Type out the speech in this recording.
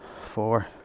four